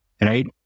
right